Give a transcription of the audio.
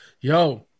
yo